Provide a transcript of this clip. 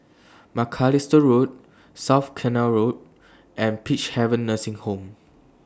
Macalister Road South Canal Road and Peacehaven Nursing Home